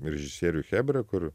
režisierių chebra kur